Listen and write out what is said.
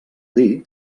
dir